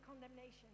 condemnation